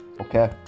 okay